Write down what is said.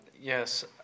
Yes